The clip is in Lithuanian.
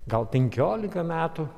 gal penkiolika metų